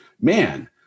man